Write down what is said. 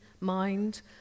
mind